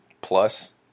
plus